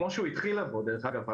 כמו שהוא התחיל לבוא דרך אגב,